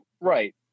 Right